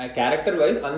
character-wise